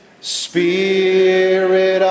Spirit